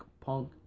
punk